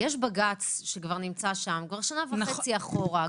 יש בג"ץ שנמצא כבר שנה וחצי אחורה.